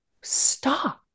Stop